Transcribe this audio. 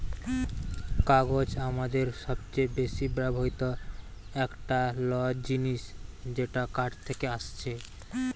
কাগজ আমাদের সবচে বেশি ব্যবহৃত একটা ল জিনিস যেটা কাঠ থেকে আসছে